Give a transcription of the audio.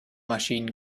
maschinen